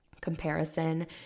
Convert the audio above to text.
comparison